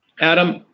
Adam